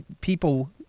people